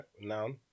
noun